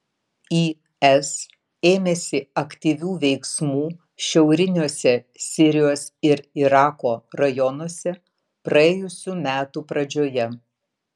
is ėmėsi aktyvių veiksmų šiauriniuose sirijos ir irako rajonuose praėjusių metų pradžioje